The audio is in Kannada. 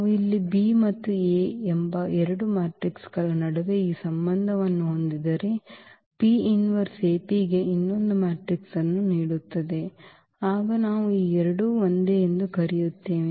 ನಾವು ಇಲ್ಲಿ B ಮತ್ತು A ಎಂಬ ಎರಡು ಮ್ಯಾಟ್ರಿಕ್ಗಳ ನಡುವೆ ಈ ಸಂಬಂಧವನ್ನು ಹೊಂದಿದ್ದರೆ ಗೆ ಇನ್ನೊಂದು ಮ್ಯಾಟ್ರಿಕ್ಸ್ ಅನ್ನು ನೀಡುತ್ತದೆ ಆಗ ನಾವು ಈ ಎರಡು ಒಂದೇ ಎಂದು ಕರೆಯುತ್ತೇವೆ